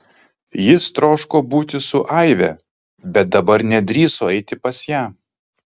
jis troško būti su aive bet dabar nedrįso eiti pas ją